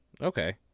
okay